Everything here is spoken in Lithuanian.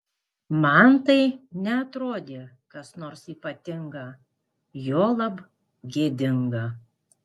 man tai neatrodė kas nors ypatinga juolab gėdinga